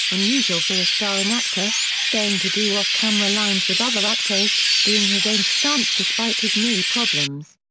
unusual for a starring actor, staying to do off-camera lines with other actors, doing his own stunts despite his knee problems.